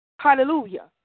Hallelujah